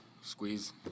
squeeze